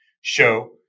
show